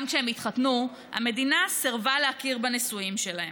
גם כשהן התחתנו המדינה סירבה להכיר בנישואים שלהן.